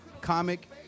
comic